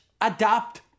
Adapt